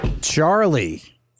Charlie